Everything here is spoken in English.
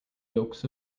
yolks